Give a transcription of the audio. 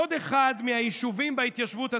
עוד אחד מהיישובים בהתיישבות הצעירה.